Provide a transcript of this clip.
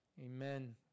Amen